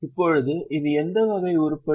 இப்போது இது எந்த வகை உருப்படி